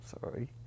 sorry